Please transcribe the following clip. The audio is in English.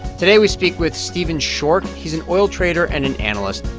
today, we speak with stephen schork. he's an oil trader and an analyst.